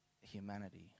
humanity